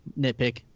nitpick